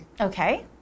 Okay